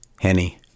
Henny